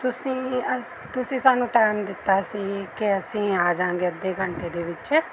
ਤੁਸੀਂ ਤੁਸੀਂ ਸਾਨੂੰ ਟਾਈਮ ਦਿੱਤਾ ਸੀ ਕਿ ਅਸੀਂ ਆ ਜਾਂਗੇ ਅੱਧੇ ਘੰਟੇ ਦੇ ਵਿੱਚ